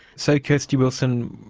so, kairsty wilson,